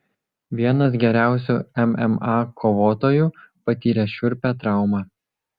vienas geriausių mma kovotojų patyrė šiurpią traumą